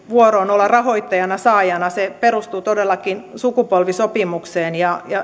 vuoro on olla rahoittajana ja saajana perustuu todellakin sukupolvisopimukseen